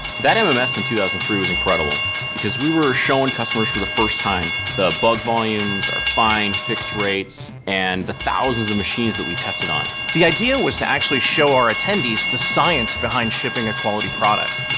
that um um mms in two thousand and three was incredible because we were showing customers for the first time the bug volumes, our find fix rates and the thousands of machines that we tested on. the idea was to actually show our attendees the science behind shipping a quality product.